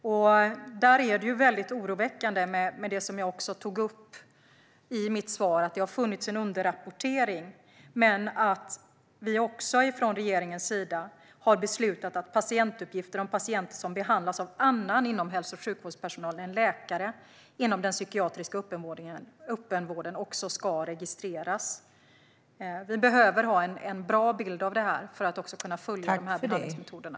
Där är det väldigt oroväckande med det som jag också tog upp i mitt svar, att det har funnit en underrapportering. Från regeringens sida har vi beslutat att patientuppgifter rörande patienter som behandlas av annan hälso och sjukvårdspersonal än läkare i den psykiatriska öppenvården också ska registreras. Vi behöver ha en bra bild av detta för att också kunna följa de här behandlingsmetoderna.